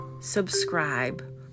subscribe